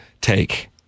take